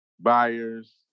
buyers